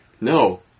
No